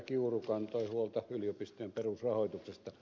kiuru kantoi huolta yliopistojen perusrahoituksesta